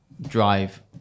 drive